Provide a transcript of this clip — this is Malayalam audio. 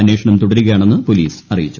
അന്വേഷണം തുടരുകയാണെന്ന് പോലീസ് അറിയിച്ചു